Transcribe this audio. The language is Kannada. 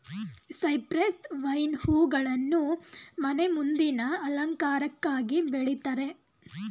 ಸೈಪ್ರೆಸ್ ವೈನ್ ಹೂಗಳನ್ನು ಮನೆ ಮುಂದಿನ ಅಲಂಕಾರಕ್ಕಾಗಿ ಬೆಳಿತಾರೆ